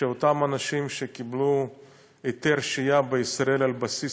שאנשים שקיבלו היתר שהייה בישראל על בסיס